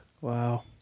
Wow